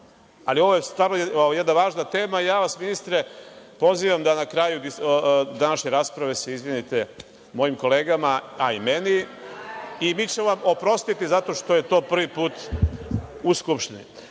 ali ovo je stvarno jedna važna tema i ja vas, ministre, pozivam da na kraju današnje rasprave se izvinete mojim kolegama, a i meni i mi ćemo vam oprostiti zato što je to prvi put u Skupštini. Niste